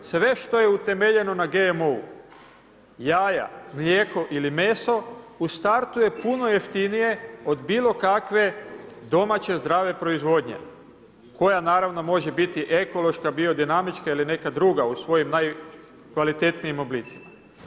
Sve što je utemeljeno na GMO-u, jaja, mlijeko ili meso, u startu je puno jeftinije od bilokakve domaće i zdrave proizvodnje koja naravno može biti ekološka, biodinamička ili neka druga usvojim najkvalitetnijim oblicima.